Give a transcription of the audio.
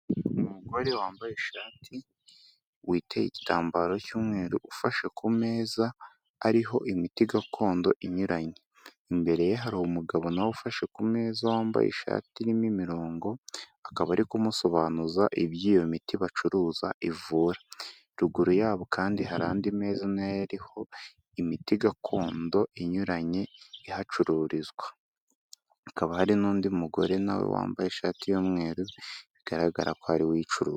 Umugore wambaye ishati witeye igitambaro cy'umweru ufashe ku meza ariho imiti gakondo inyuranye, imbere hari umugabo na ufashe ku meza wambaye ishati irimo imirongo akaba ari kumusobanuza iby'iyo miti bacuruza ivura, ruguru yabo kandi hari andi meza nayo ariho imiti gakondo inyuranye ihacururizwa, hakaba hari n'undi mugore nawe wambaye ishati y' umweru bigaragara ko ari we uyicuruza.